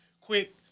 quick